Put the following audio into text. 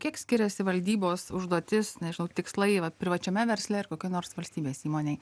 kiek skiriasi valdybos užduotis nežinau tikslai privačiame versle ir kokioj nors valstybės įmonėj